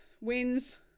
wins